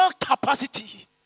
capacity